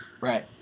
Right